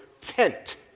tent